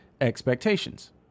expectations